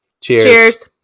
Cheers